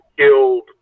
killed